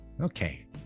Okay